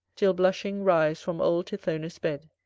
still blushing, rise from old tithonus' bed.